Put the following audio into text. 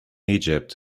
egypt